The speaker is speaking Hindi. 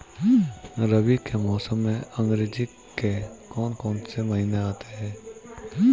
रबी के मौसम में अंग्रेज़ी के कौन कौनसे महीने आते हैं?